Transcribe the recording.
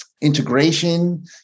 integration